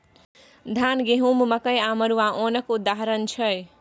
धान, गहुँम, मकइ आ मरुआ ओनक उदाहरण छै